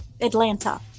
Atlanta